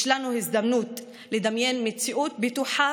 יש לנו הזדמנות לדמיין מציאות בטוחה,